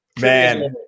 Man